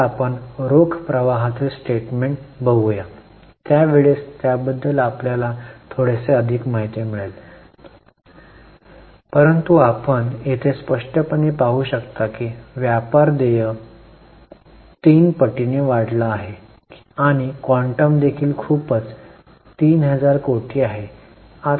आता आपण रोख प्रवाहातील स्टेटमेन्ट बघूया त्यावेळेस त्याबद्दल आपल्याला थोडेसे अधिक माहिती मिळेल परंतु आपण येथे स्पष्टपणे पाहू शकता की व्यापार देय तीन पटीने वाढला आहे आणि क्वांटम देखील खूपच 3000 कोटी आहे